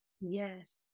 Yes